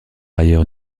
ailleurs